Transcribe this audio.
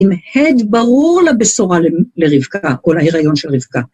עם הד ברור לבשורה לרבקה, כל ההיריון של רבקה.